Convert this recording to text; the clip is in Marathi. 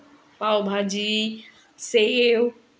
पावभाजी शेव